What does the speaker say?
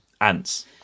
ants